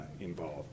involved